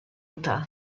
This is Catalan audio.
utah